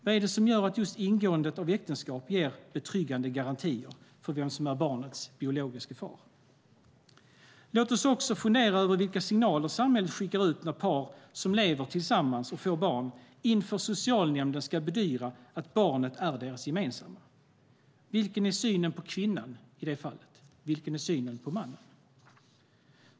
Vad är det som gör att just ingåendet av äktenskap ger "betryggande garantier" för vem som är barnets biologiske far? Låt oss också fundera över vilka signaler samhället skickar ut när par som lever tillsammans och får barn inför socialnämnden ska bedyra att barnet är deras gemensamma. Vilken är synen på kvinnan i det fallet? Vilken är synen på mannen?